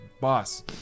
boss